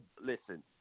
listen